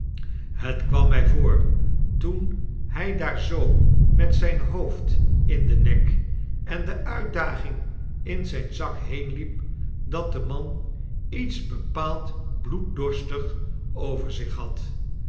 het kwam mg voor toen hij daar zoo met zgn hoofd in den nek en de uitdaging in zijn zak heenliep dat de man iets bepaald bloeddorstigs over zich had